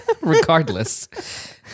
Regardless